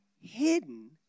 hidden